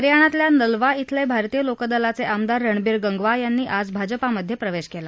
हरियाणातल्या नलवा इथले भारतीय लोकदलाचे आमदार रणबीर गंगवा यांनी आज भाजपमध्ये प्रवेश केला